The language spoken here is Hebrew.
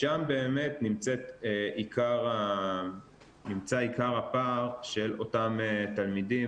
שם באמת נמצא עיקר הפער של אותם תלמידים